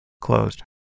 closed